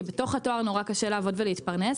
כי בתוך התואר נורא קשה לעבוד ולהתפרנס.